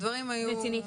הדברים היו,